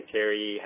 Terry